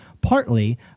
Partly